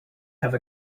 have